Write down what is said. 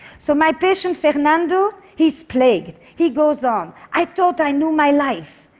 so my patient fernando, he's plagued. he goes on i thought i knew my life.